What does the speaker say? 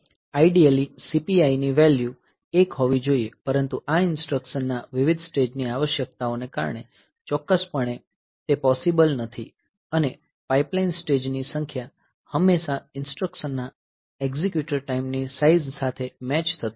ideally CPIની value 1 હોવી જોઈએ પરંતુ આ ઈન્સ્ટ્રકશન ના વિવિધ સ્ટેજની આવશ્યકતાઓ ને કારણે ચોક્કસપણે તે પોસીબલ નથી અને પાઇપલાઇન સ્ટેજની સંખ્યા હંમેશા ઈન્સ્ટ્રકશનના એક્ઝિક્યુટર ટાઈમની સાઈઝ સાથે મેચ થતું નથી